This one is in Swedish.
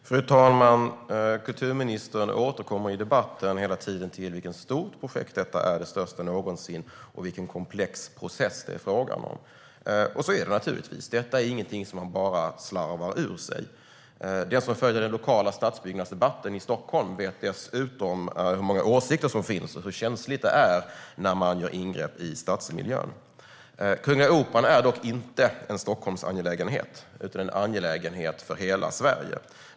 Fru talman! Kulturministern återkommer hela tiden i debatten till vilket stort projekt detta är - det största någonsin - och vilken komplex process det är fråga om. Så är det naturligtvis. Detta är ingenting som man bara slarvar ur sig. Den som följer den lokala stadsbyggnadsdebatten i Stockholm vet dessutom hur många åsikter som finns och hur känsligt det är när man gör ingrepp i stadsmiljön. Kungliga Operan är dock inte en Stockholmsangelägenhet utan en angelägenhet för hela Sverige.